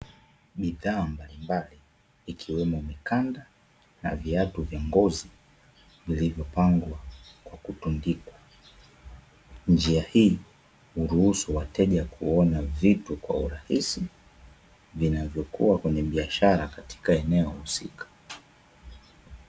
Bidhaa mbalimbali ikiwemo mikanda, na viatu vya ngozi, vilivyopangwa kwa kutundikwa; njia hii huruhusu wateja kuona vitu kwa urahisi, vinavyokuwa kwenye biashara katika eneo husika.